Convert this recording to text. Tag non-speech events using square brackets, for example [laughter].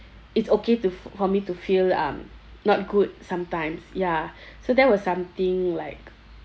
it's okay to f~ for me to feel um not good sometimes ya [breath] so that was something like